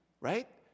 right